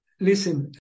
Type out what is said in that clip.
Listen